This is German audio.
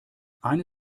eine